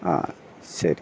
ആ ശരി